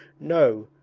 no,